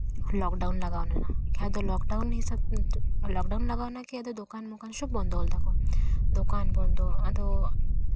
lockdown ᱞᱟᱜᱟᱣ ᱞᱮᱱᱟ ᱡᱟᱦᱟᱸ ᱫᱚ ᱞᱚᱠᱰᱟᱣᱩᱱ ᱦᱤᱥᱟᱹᱵ ᱛᱮ ᱞᱚᱠᱰᱟᱣᱩᱱ ᱞᱟᱜᱟᱣᱱᱟ ᱠᱮ ᱟᱫᱚ ᱫᱚᱠᱟᱱ ᱢᱚᱠᱟᱱ ᱥᱚᱵ ᱵᱚᱱᱫᱚ ᱞᱮᱫᱟ ᱠᱚ ᱫᱚᱠᱟᱱ ᱵᱚᱱᱫᱚ ᱟᱫᱚ